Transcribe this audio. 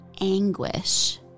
anguish